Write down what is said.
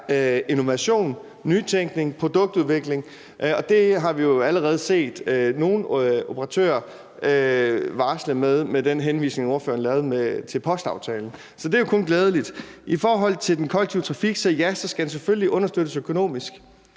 innovation, nytænkning, produktudvikling, og det har vi jo allerede set nogle operatører varsle med den samme henvisning, som ordføreren også lavede til postaftalen. Så det er jo kun glædeligt. I forhold til den kollektive trafik skal den selvfølgelig understøttes økonomisk,